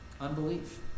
Unbelief